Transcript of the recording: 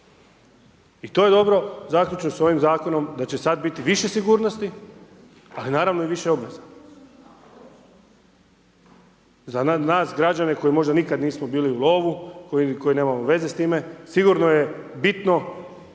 I to je dobro, zaključno s ovim zakonom da će sad biti više sigurnosti, ali naravno i više obveza. Za nas građane koji možda nikad nismo bili u lovu, koji nemamo veze s time, sigurno je bitno